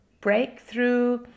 breakthrough